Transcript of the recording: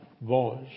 voice